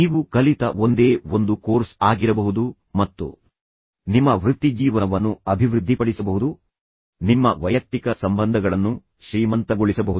ನೀವು ಕಲಿತ ಒಂದೇ ಒಂದು ಕೋರ್ಸ್ ಆಗಿರಬಹುದು ಮತ್ತು ಅದು ನಿಮ್ಮ ಜೀವನವನ್ನು ಬದಲಾಯಿಸಬಹುದು ನಿಮ್ಮ ಚಿಂತನೆಯಲ್ಲಿ ಕ್ರಾಂತಿಯನ್ನುಂಟು ಮಾಡಬಹುದು ನಿಮ್ಮ ದೃಷ್ಟಿಕೋನವನ್ನು ಬದಲಾಯಿಸಬಹುದು ಇದು ನಿಮ್ಮ ವೃತ್ತಿಜೀವನವನ್ನು ಅಭಿವೃದ್ಧಿಪಡಿಸಬಹುದು ನಿಮ್ಮ ವೈಯಕ್ತಿಕ ಸಂಬಂಧಗಳನ್ನು ಶ್ರೀಮಂತಗೊಳಿಸಬಹುದು